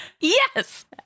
Yes